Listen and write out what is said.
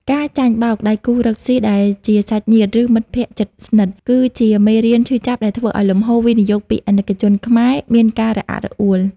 ការចាញ់បោក "ដៃគូរកស៊ី" ដែលជាសាច់ញាតិ ឬមិត្តភក្ដិជិតស្និទ្ធ គឺជាមេរៀនឈឺចាប់ដែលធ្វើឱ្យលំហូរវិនិយោគពីអាណិកជនខ្មែរ មានការរអាក់រអួល។